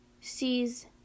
sees